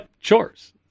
chores